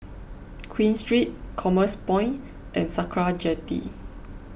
Queen Street Commerce Point and Sakra Jetty